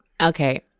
Okay